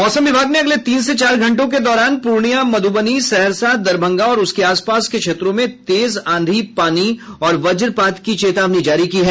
मौसम विभाग ने अगले तीन से चार घंटे के दौरान पूर्णिया मध्रबनी सहरसा दरभंगा और उसके आस पास क्षेत्रों में तेज आंधी पानी और वजपात की चेतावनी जारी की है